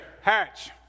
Hatch